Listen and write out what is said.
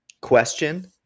Question